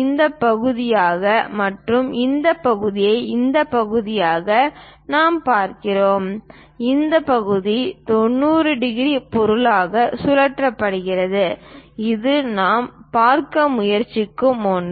இந்த பகுதியாக மற்றும் இந்த பகுதியை இந்த பகுதியாக நாம் பார்க்கிறோம் இந்த பகுதி 90 டிகிரி பொருளால் சுழற்றப்படுகிறது இது நாம் பார்க்க முயற்சிக்கும் ஒன்று